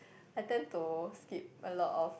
I tend to skip a lot of